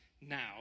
now